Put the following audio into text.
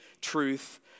truth